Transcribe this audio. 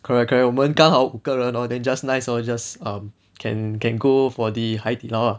correct correct 我们刚好五个人 hor then just nice hor just um can can go for the Haidilao ah